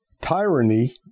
Tyranny